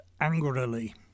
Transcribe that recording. angrily